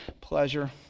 Pleasure